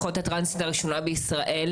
האחות הטרנסית הראשונה בישראל.